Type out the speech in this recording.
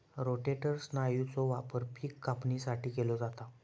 rotator स्नायूचो वापर पिक कापणीसाठी केलो जाता